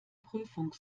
prüfung